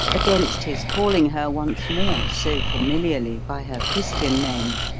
against his calling her once more so familiarly by her christian name.